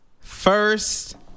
First